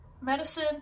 medicine